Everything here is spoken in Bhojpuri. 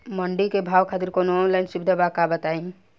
मंडी के भाव खातिर कवनो ऑनलाइन सुविधा बा का बताई?